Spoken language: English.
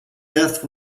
death